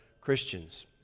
Christians